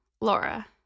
Laura